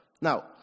Now